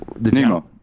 Nemo